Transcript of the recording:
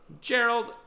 Gerald